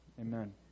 amen